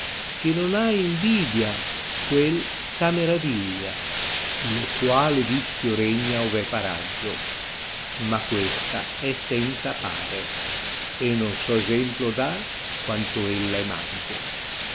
che non ha invidia quel e ha meratìglia lo quale tìzìo regna ov è paraggìo ma questa è senza pare non so esemplo dar quanto ella è maggio